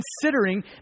considering